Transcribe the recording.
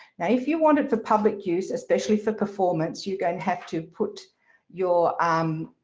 now if you wanted for public use, especially for performance you're going to have to put your, um